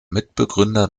mitbegründer